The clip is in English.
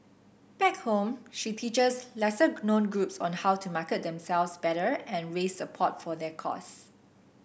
back home she teaches lesser known groups on how to market themselves better and raise support for their cause